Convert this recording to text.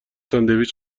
ساندویچ